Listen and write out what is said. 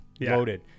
Loaded